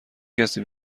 کسی